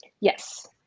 Yes